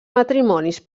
matrimonis